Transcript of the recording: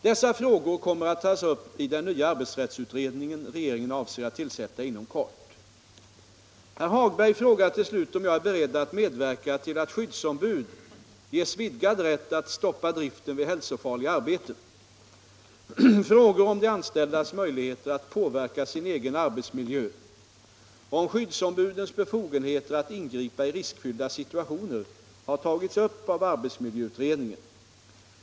Dessa frågor kommer att tas upp i den nya arbetsrättsutredning regeringen avser att tillsätta inom kort. Herr Hagberg frågar till slut om jag är beredd att medverka till att skyddsombud ges vidgad rätt att stoppa driften vid hälsofarliga arbeten. Frågor om de anställdas möjligheter att påverka sin egen arbetsmiljö och om skyddsombudens befogenheter att ingripa i riskfyllda situationer har tagits upp av arbetsmiljöutredningen.